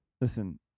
Listen